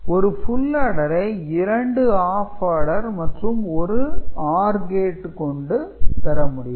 ஒரு ஃபுல் ஆடரை இரண்டு ஆப் ஆர்டர் மற்றும் ஒரு OR கேட்டு கொண்டு பெறலாம்